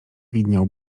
widniał